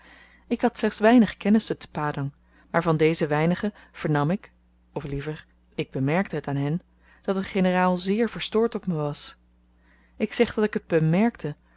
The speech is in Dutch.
ik had slechts weinig kennissen te padang maar van deze weinigen vernam ik of liever ik bemerkte het aan hen dat de generaal zeer verstoord op me was ik zeg dat ik t bemerkte